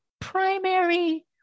primary